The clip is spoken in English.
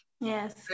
Yes